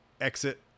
exit